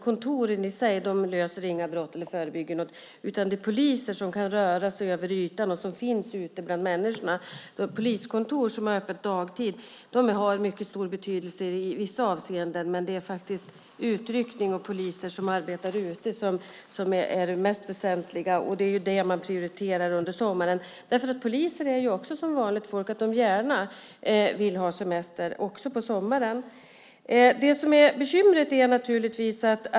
Kontoren i sig löser inga brott eller förebygger något. Det är poliser som kan röra sig över ytan och som finns ute bland människorna. Poliskontor som har öppet dagtid har mycket stor betydelse i vissa avseenden, men det är faktiskt utryckning och poliser som arbetar ute som är det mest väsentliga. Det är det man prioriterar under sommaren. Poliser är som vanligt folk. De vill gärna ha semester på sommaren.